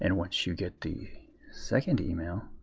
and once you get the second email.